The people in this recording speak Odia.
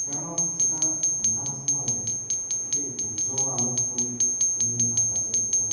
କାରଣ ସେଇଟା ଅନ୍ଧାର ସମୟରେ ଗୋଟିଏ ଉଜ୍ୱଳ ଆଲୋକ ପରି ଗୋଟିଏ ଆକାଶରେ ସେଇଟା